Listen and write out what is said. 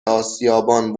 آسیابان